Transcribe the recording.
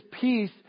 peace